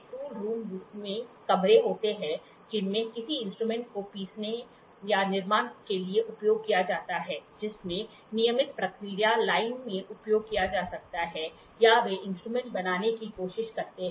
tool room वे कमरे होते हैं जिनमें किसी इंस्ट्रूमेंट को पीसने या निर्माण के लिए उपयोग किया जाता है जिसे नियमित प्रक्रिया लाइन में उपयोग किया जा सकता है या वे इंस्ट्रूमेंट बनाने की कोशिश करते हैं